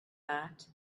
that